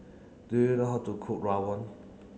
do you know how to cook Rawon